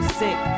sick